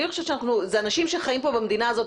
אלה אנשים שחיים פה במדינה הזאת,